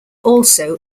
also